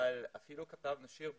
אפילו כתבנו שיר בעברית.